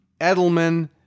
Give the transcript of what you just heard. Edelman